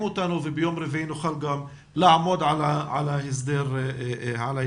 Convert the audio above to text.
אותנו וביום רביעי נוכל לעמוד על ההסדר כאן.